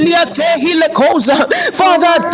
Father